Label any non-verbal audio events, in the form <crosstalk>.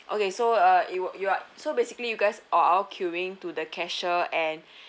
okay so uh you were you are so basically you guys are all queueing to the cashier and <breath>